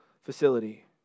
facility